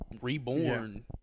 reborn